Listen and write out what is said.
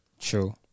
True